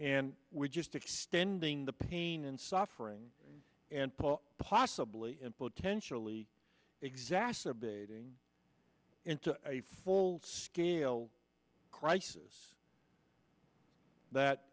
and we're just extending the pain and suffering and pull possibly in potentially exacerbating into a full scale crisis that